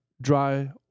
dry